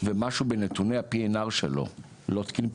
ומשהו בנתוני ה-PNR שלו לא תקינים,